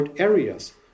areas